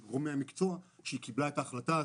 וגורמי המקצוע כשהיא קיבלה את ההחלטה הזאת.